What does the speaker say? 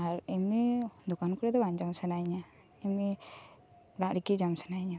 ᱟᱨ ᱮᱢᱱᱤ ᱫᱚᱠᱟᱱ ᱠᱚᱨᱮ ᱫᱚ ᱵᱟᱝ ᱡᱚᱢ ᱥᱟᱱᱟᱭᱤᱧᱟᱹ ᱮᱢᱱᱤ ᱚᱲᱟᱜ ᱨᱮᱜᱤ ᱡᱚᱢ ᱥᱟᱱᱟᱭᱤᱧᱟᱹ